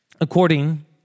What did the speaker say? according